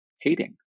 hating